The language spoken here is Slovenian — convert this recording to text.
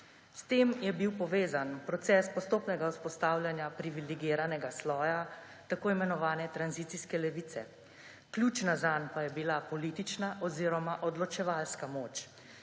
S tem je bil povezan proces postopnega vzpostavljanja privilegiranega sloja, tako imenovane tranzicijske levice. Ključna zanj pa je bila politična oziroma odločevalska moč,